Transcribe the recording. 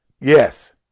Yes